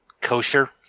kosher